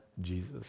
jesus